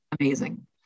amazing